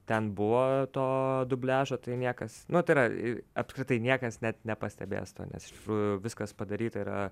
ten buvo to dubliažo tai niekas nu tai yra ir apskritai niekas net nepastebės to nes iš tikrųjų viskas padaryta yra